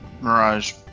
Mirage